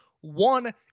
One